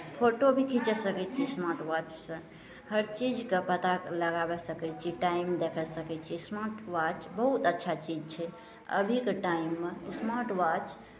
photo भी खीँच सकै छियै स्मार्ट वाचसँ हर चीजके पता लगाबय सकै छियै टाइम देखि सकै छियै स्मार्ट वाच बहुत अच्छा चीज छै अभीके टाइममे स्मार्ट वाच